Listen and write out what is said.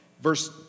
Verse